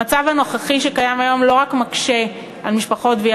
המצב הקיים היום לא רק מקשה על משפחות ועל